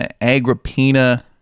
Agrippina